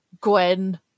Gwen